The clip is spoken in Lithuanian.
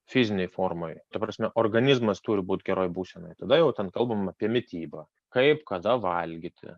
fizinėj formoj ta prasme organizmas turi būt geroj būsenoj tada jau ten kalbam apie mitybą kaip kada valgyti